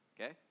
okay